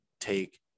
take